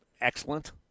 excellent